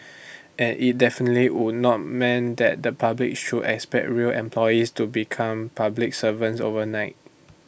and IT definitely would not mean that the public should expect rail employees to become public servants overnight